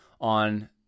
on